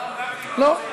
לא.